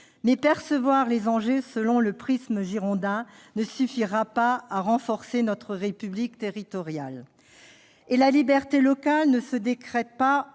percevoir les enjeux par le prisme girondin ne suffira pas à renforcer notre République territoriale. De la même façon, la liberté locale ne se décrète pas